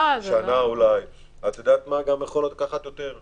אולי שנה ויכול לקחת גם יותר.